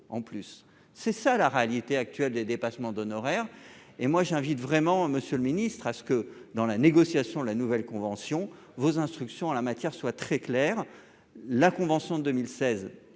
c'est ça la réalité actuelle des dépassements d'honoraires, et moi j'invite vraiment Monsieur le ministre, à ce que dans la négociation, la nouvelle convention vos instructions en la matière soit très clair : la convention de 2016